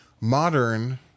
modern